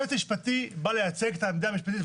יועץ משפטי בא לייצג את העמדה המשפטית.